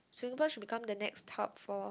Singapore should become the next hub for